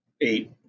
eight